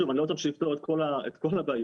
שוב, אני לא בטוח שזה יפתור את כל הבעיות.